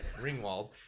Ringwald